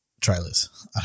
trailers